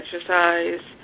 exercise